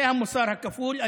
זה המוסר הכפול.